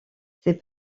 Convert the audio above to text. ses